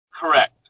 Correct